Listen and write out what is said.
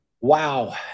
wow